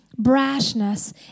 brashness